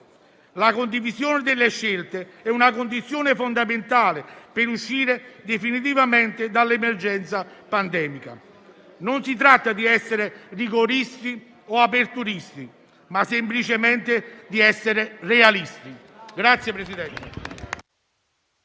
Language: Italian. La condivisione delle scelte è fondamentale per uscire definitivamente dall'emergenza pandemica. Non si tratta di essere rigoristi o aperturisti, ma semplicemente realisti.